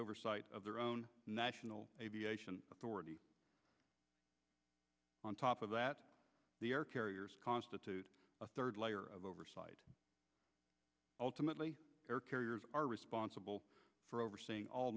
oversight of their own national aviation authority on top of that the air carriers constitute a third layer of oversight all timidly air carriers are responsible for overseeing all